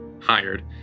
hired